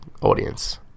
audience